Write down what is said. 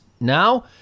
Now